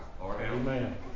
Amen